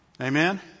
Amen